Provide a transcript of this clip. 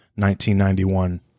1991